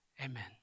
amen